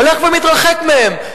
הולך ומתרחק מהם.